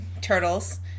turtles